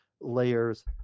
layers